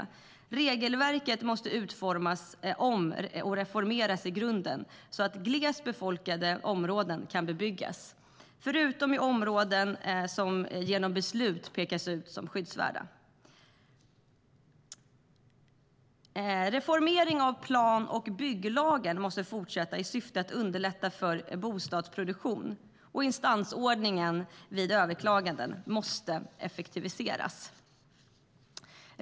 Regelverket måste utformas och reformeras i grunden så att glest befolkade områden kan bebyggas, förutom i områden som genom beslut pekas ut som skyddsvärda. Reformering av plan och bygglagen måste fortsätta i syfte att underlätta för bostadsproduktion. Och instansordningen vid överklagande måste effektiviseras.